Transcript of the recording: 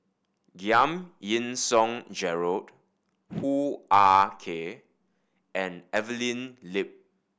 Giam Yean Song Gerald Hoo Ah Kay and Evelyn Lip